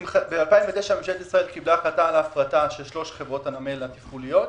ב-2009 ממשלת ישראל קיבלה החלטה של שלוש חברות הנמל התפעוליות.